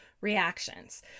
reactions